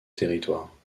territoire